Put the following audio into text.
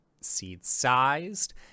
seed-sized